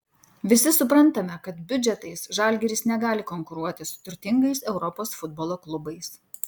visi suprantame kad biudžetais žalgiris negali konkuruoti su turtingais europos futbolo klubais